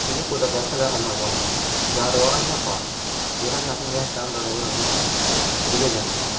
क्योंकि कुतै पासै ते औना पौंदा जां रोआर जां पार जेह्ड़ा के असें मझाटै होंदा ते ओह् समझी लैओ घिरी गै जंदा